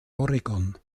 oregon